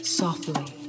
softly